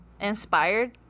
inspired